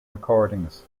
recordings